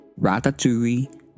ratatouille